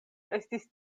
estis